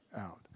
out